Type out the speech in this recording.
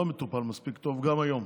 לא מטופל מספיק טוב גם היום.